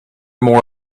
more